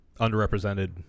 underrepresented